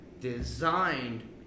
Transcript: designed